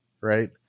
right